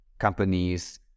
companies